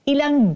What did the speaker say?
Ilang